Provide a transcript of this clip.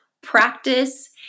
practice